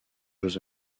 jeux